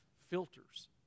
filters